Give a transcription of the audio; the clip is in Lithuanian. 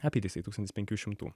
apytiksliai tūkstantis penkių šimtų